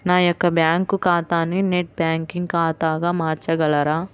నా యొక్క బ్యాంకు ఖాతాని నెట్ బ్యాంకింగ్ ఖాతాగా మార్చగలరా?